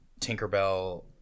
Tinkerbell